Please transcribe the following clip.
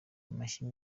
amashyi